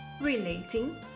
relating